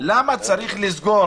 למה צריך לסגור